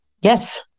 Yes